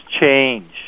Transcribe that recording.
change